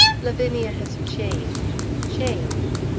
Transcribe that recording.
lavinia has changed, changed.